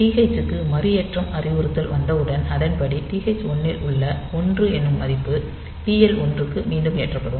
TH க்கு மறுஏற்றம் அறிவுறுத்தல் வந்தவுடன் அதன்படி TH 1 ல் உள்ள 1 என்னும் மதிப்பு TL 1 மீண்டும் ஏற்றப்படும்